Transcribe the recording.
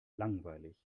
langweilig